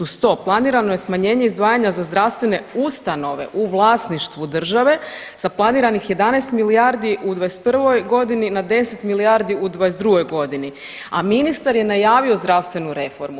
Uz to planirano je smanjenje izdvajanja za zdravstvene ustanove u vlasništvu države sa planiranih 11 milijardi u '21. godini na 10 milijardi u '22. godini, a ministar je najavio zdravstvenu reformu.